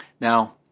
Now